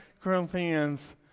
Corinthians